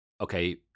okay